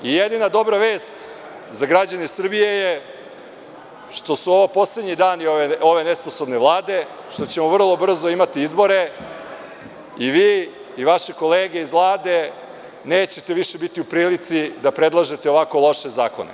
Jedina dobra vest za građane Srbije je što su ovo poslednji dani ove nesposobne Vlade, što ćemo vrlo brzo imati izbore i vi i vaše kolege iz Vlade nećete više biti u prilici da predlažete ovako loše zakone.